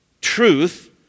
truth